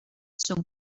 són